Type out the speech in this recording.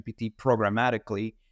programmatically